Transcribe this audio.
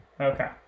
okay